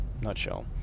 nutshell